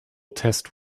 test